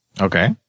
Okay